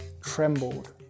trembled